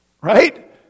Right